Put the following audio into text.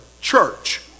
church